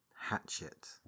Hatchet